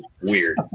weird